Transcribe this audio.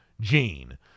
Gene